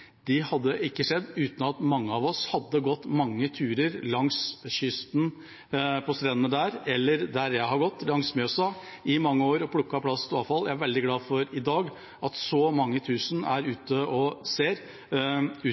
De dugnadene som skjer i dag knyttet til å plukke opp plast fra havet, hadde ikke skjedd uten at mange av oss hadde gått mange turer på strendene langs kysten – eller der jeg har gått, langs Mjøsa – i mange år og plukket plast og avfall. Jeg er veldig glad for at så mange tusen i dag er ute og ser